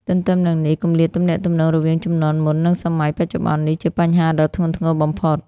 ទទ្ទឹមនឹងនេះ គម្លាតទំនាក់ទំនងរវាងជំនាន់មុន និងសម័យបច្ចុប្បន្ននេះជាបញ្ហាដ៏ធ្ងន់ធ្ងរបំផុត។